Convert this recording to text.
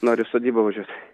noriu į sodybą važiuot